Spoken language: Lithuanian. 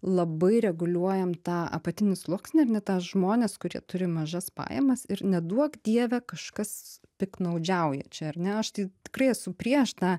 labai reguliuojam tą apatinį sluoksnį ar ne tas žmones kurie turi mažas pajamas ir neduok dieve kažkas piktnaudžiauja čia ar ne o aš tai tikrai esu prieš tą